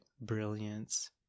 brilliance